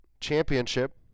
Championship